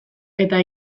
eta